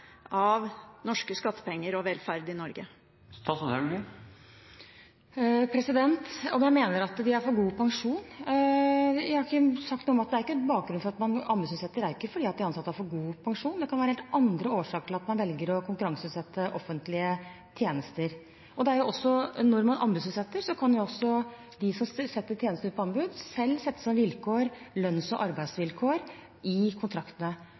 av norske skattepenger og velferd i Norge? Om jeg mener at de har for god pensjon? Bakgrunnen for at man anbudsutsetter, er jo ikke fordi de ansatte har for god pensjon. Det kan være helt andre årsaker til at man velger å konkurranseutsette offentlige tjenester. Når man anbudsutsetter, kan også de som setter tjenesten ut på anbud, selv sette lønns- og arbeidsvilkår i kontraktene.